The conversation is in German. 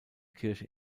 kirche